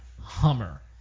Hummer